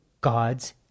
God's